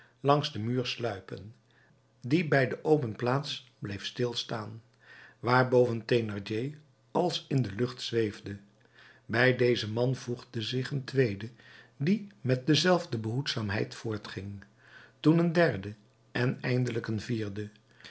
langs den muur sluipen die bij de open plaats bleef stil staan waarboven thénardier als in de lucht zweefde bij dezen man voegde zich een tweede die met dezelfde behoedzaamheid voortging toen een derde en eindelijk een vierde